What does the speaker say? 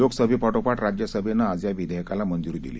लोकसभेपाठोपाठ राज्यसभेनं आज या विधेयकाला मंजुरी दिली